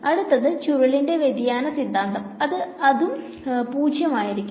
അടുത്തത് ചുരുളിന്റെ വ്യതിയാന സിദ്ധാന്തം അത് അതും 0 ആയിരിക്കും